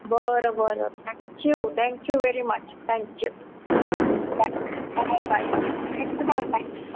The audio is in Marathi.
बरं बरं thank you thank you very much thank you bye bye bye bye thank you thank you